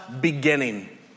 beginning